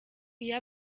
iyo